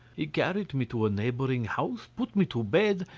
he carried me to a neighbouring house, put me to bed,